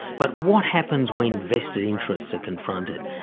but what happens when vested interests are confronted?